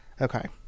Okay